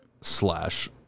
slash